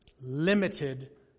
limited